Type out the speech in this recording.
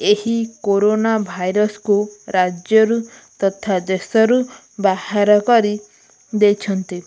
ଏହି କୋରୋନା ଭାଇରସ୍କୁ ରାଜ୍ୟରୁ ତଥା ଦେଶରୁ ବାହାର କରି ଦେଇଛନ୍ତି